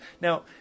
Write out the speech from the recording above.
Now